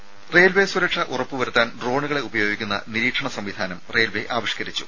രുമ റെയിൽ സുരക്ഷ ഉറപ്പുവരുത്താൻ ഡ്രോണുകളെ ഉപയോഗിക്കുന്ന നിരീക്ഷണ സംവിധാനം റെയിൽവേ ആവിഷ്കരിച്ചു